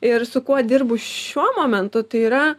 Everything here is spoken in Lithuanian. ir su kuo dirbu šiuo momentu tai yra